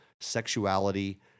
Sexuality